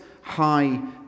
high